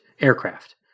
aircraft